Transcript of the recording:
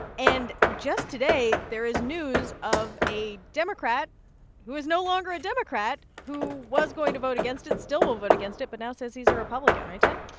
and just today, there is news of a democrat who is no longer a democrat, who was going to vote against it, still will vote against it but now says he's a republican, right, tim?